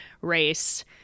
race